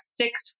six